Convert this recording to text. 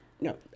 No